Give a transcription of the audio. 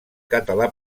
català